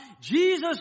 Jesus